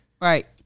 Right